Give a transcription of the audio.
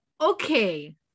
Okay